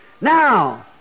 Now